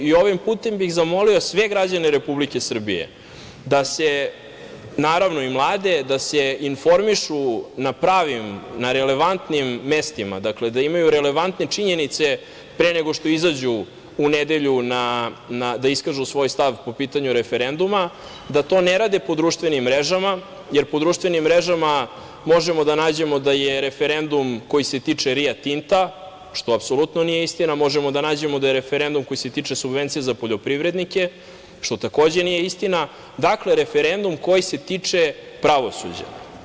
Ovim putem bih zamolio sve građane Republike Srbije, naravno i mlade, da se informišu na relevantnim mestima, dakle da imaju relevantne činjenice pre nego što izađu u nedelju da iskažu svoj stav po pitanju referenduma, da to ne rade po društvenim mrežama, jer po društvenim mrežama možemo da nađemo da je referendum koji se tiče „Rio Tinta“, što apsolutno nije istina, možemo da nađemo da je referendum koji se tiče subvencija za poljoprivrednike, što takođe nije istina, dakle, referendum koji se tiče pravosuđa.